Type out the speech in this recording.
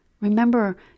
Remember